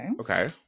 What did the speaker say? Okay